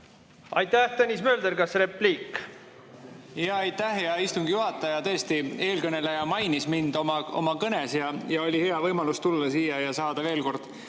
Aitäh! Tõnis Mölder, kas repliik? Aitäh, hea istungi juhataja! Tõesti, eelkõneleja mainis mind oma kõnes ja oli hea võimalus siia tulla ja saada veel kord